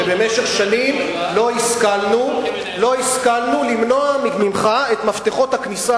שבמשך שנים לא השכלנו למנוע ממך את מפתחות הכניסה